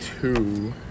two